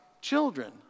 children